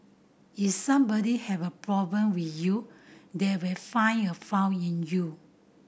is somebody has a problem with you they will find a fault in you